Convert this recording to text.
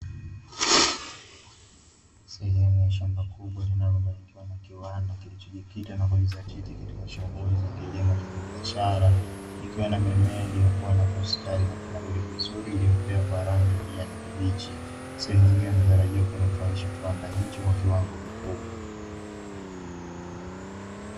Sehemu ya shamba kubwa linalomilikiwa na kiwanda kilichojikita na kujizatiti katika shughuli za kilimo cha kibiashara, ikiwa na mimea iliyokua na kustawi na kunawiri vizuri, iliyopea kwa rangi ya kijani kibichi. Sehemu hiyo inatarajia kunufaisha kiwanda hicho kwa kiwango kikubwa.